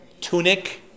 tunic